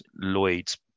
Lloyd's